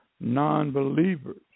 non-believers